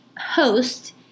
host